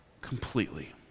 completely